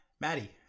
Maddie